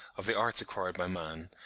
of the arts acquired by man,